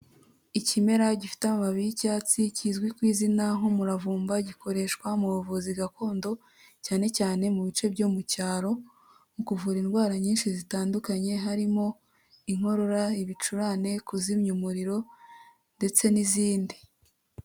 Ikimera gifite amababi y'icyatsi kizwi ku izina nk'umuravumba, gikoreshwa mu buvuzi gakondo cyane cyane mu bice byo mu cyaro, mu kuvura indwara nyinshi zitandukanye harimo inkorora, ibicurane, kuzimya umuriro, ndetse n'izindi.